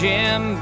Jim